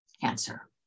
cancer